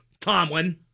Tomlin